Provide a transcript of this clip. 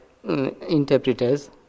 interpreters